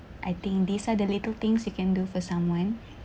I think these are the little things you can do for someone